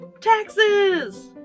Taxes